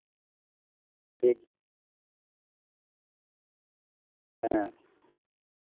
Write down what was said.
ठीक हाँ